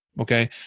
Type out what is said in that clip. okay